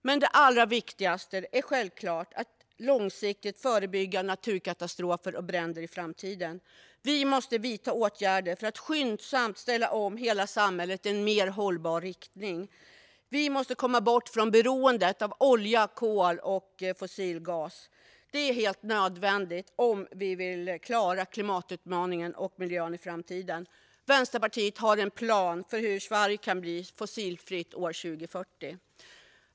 Men det allra viktigaste är självklart att långsiktigt förebygga naturkatastrofer och bränder i framtiden. Vi måste vidta åtgärder för att skyndsamt ställa om hela samhället i en mer hållbar riktning. Vi måste komma bort från beroendet av olja, kol och fossil gas. Det är helt nödvändigt om vi vill klara klimatutmaningen och miljön i framtiden. Vänsterpartiet har en plan för hur Sverige kan bli fossilfritt år 2040.